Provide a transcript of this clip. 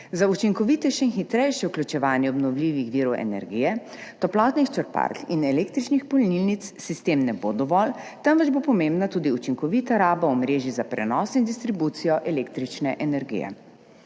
Za učinkovitejše in hitrejše vključevanje obnovljivih virov energije, toplotnih črpalk in električnih polnilnic sistem ne bo dovolj, temveč bo pomembna tudi učinkovita raba omrežij za prenos in distribucijo električne energije.